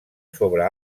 sobre